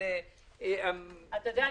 של הגופים --- אתה יודע,